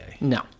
No